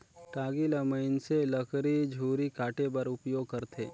टागी ल मइनसे लकरी झूरी काटे बर उपियोग करथे